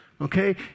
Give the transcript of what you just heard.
Okay